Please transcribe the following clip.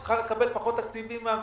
היא צריכה לקבל פחות תקציבים מן המדינה,